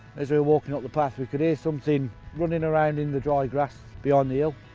as we were walking up the path we could hear something running around in the dry grass beyond the hill.